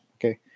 okay